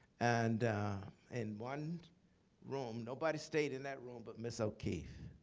and in one room nobody stayed in that room but ms. o'keeffe.